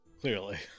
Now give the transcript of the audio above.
Clearly